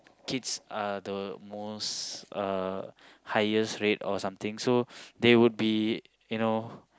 kids are the most uh highest rate or something so they would be you know